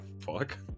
fuck